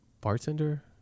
bartender